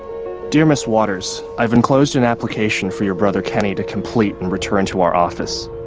dear ms waters, i've enclosed an application for your brother kenny to complete and return to our office.